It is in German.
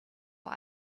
vor